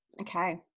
Okay